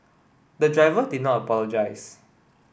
the driver did not apologise